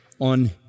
on